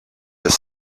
were